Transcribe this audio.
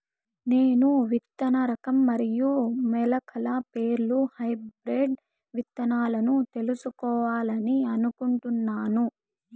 నేను విత్తన రకం మరియు మొలకల పేర్లు హైబ్రిడ్ విత్తనాలను తెలుసుకోవాలని అనుకుంటున్నాను?